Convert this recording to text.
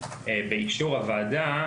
באישור הוועדה,